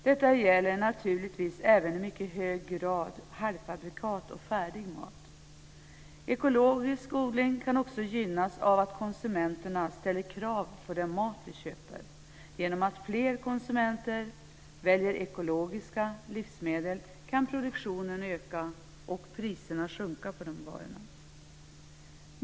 Detta gäller naturligtvis även i mycket hög grad halvfabrikat och färdigmat. Ekologisk odling kan också gynnas av att konsumenterna ställer krav på den mat de köper. Genom att fler konsumenter väljer ekologiska livsmedel kan produktionen öka och priserna sjunka på dessa produkter.